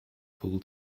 full